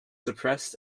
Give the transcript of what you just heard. suppressed